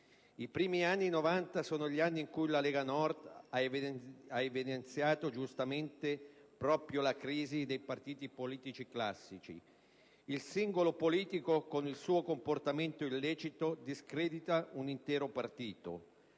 I primi anni '90 sono gli anni in cui la Lega Nord ha evidenziato, giustamente, proprio la crisi dei partiti politici classici. II singolo politico, con il suo comportamento illecito, discredita un intero partito,